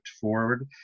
forward